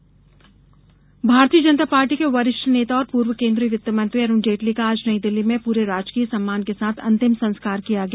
जेटली अंतिम संस्कार भारतीय जनता पार्टी के वरिष्ठ नेता और पूर्व केंद्रीय वित्त मंत्री अरुण जेटली का आज नई दिल्ली में पूरे राजकीय सम्मान के साथ अंतिम संस्कार किया गया